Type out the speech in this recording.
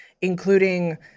including